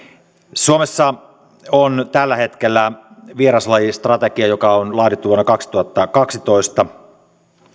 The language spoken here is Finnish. suomessa on tällä hetkellä vieraslajistrategia joka on laadittu vuonna kaksituhattakaksitoista